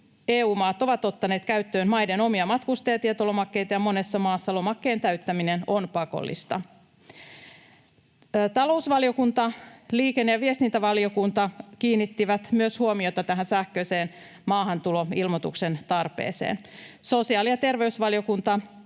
EU-maat ovat ottaneet käyttöön maiden omia matkustajatietolomakkeita, ja monessa maassa lomakkeen täyttäminen on pakollista. Talousvaliokunta sekä liikenne- ja viestintävaliokunta kiinnittivät myös huomiota tähän sähköisen maahantuloilmoituksen tarpeeseen. Sosiaali- ja terveysvaliokunta